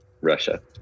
Russia